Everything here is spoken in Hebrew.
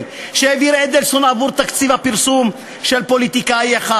שהעביר אדלסון עבור תקציב הפרסום של פוליטיקאי אחד.